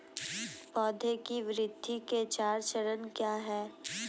पौधे की वृद्धि के चार चरण क्या हैं?